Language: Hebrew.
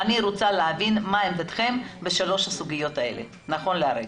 אני רוצה להבין מהי עמדתכם בשלוש הסוגיות האלה נכון להיום.